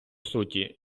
суті